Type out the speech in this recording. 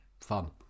fun